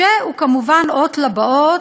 והוא כמובן אות לבאות,